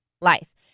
life